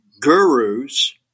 gurus